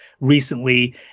recently